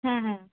হ্যাঁ হ্যাঁ